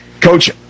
Coach